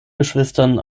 geschwistern